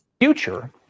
Future